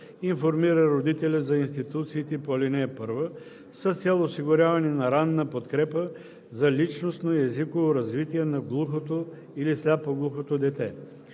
информира родителя за институциите по ал. 1 с цел осигуряване на ранна подкрепа за личностно и езиково развитие на глухото или сляпо-глухото дете.